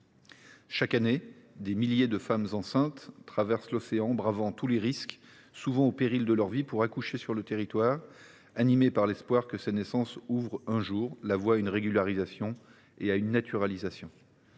Chaque année, des milliers de femmes enceintes traversent l’océan, bravant tous les dangers, souvent au péril de leur vie, pour accoucher sur le territoire, animées par l’espoir que ces naissances ouvriront un jour la voie à une régularisation et à une naturalisation.